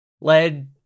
led